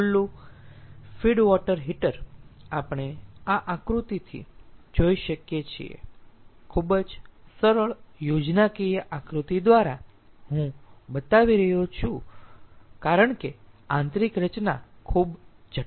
ખુલ્લું feed water heater આપણે આ આકૃતિથી જોઈ શકીએ છીએ ખૂબ જ સરળ યોજનાકીય આકૃતિ દ્વારા હું બતાવી રહ્યો છું કારણ કે આંતરિક રચના ખૂબ જટિલ છે